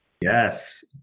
Yes